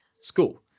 school